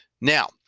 now